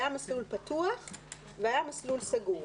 היה מסלול פתוח והיה מסלול סגור.